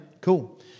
Cool